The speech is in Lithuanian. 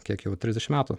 kiek jau trisdešim metų